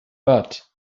but